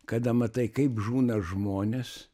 kada matai kaip žūna žmonės